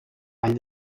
vall